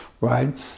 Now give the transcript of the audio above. right